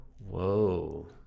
Whoa